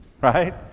Right